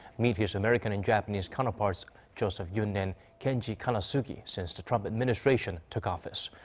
meet his american and japanese counterparts joseph yun and kenji kanasugi since the trump administration took office.